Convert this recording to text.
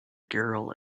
girl